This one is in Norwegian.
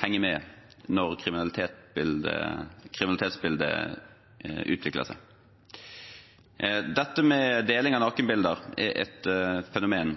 henge med når kriminalitetsbildet utvikler seg. Deling av nakenbilder er et fenomen